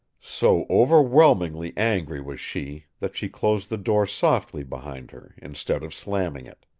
so overwhelmingly angry was she that she closed the door softly behind her, instead of slamming it.